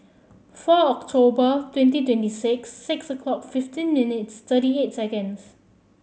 four October twenty twenty six six o'clock fifteen minutes thirty eight seconds